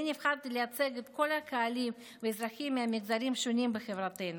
אני נבחרתי לייצג את כל הקהלים ואזרחים ממגזרים שונים בחברתנו,